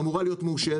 ואמורה להיות מאושרת.